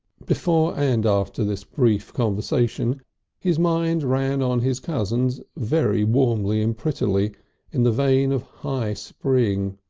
before and after this brief conversation his mind ran on his cousins very warmly and prettily in the vein of high spring.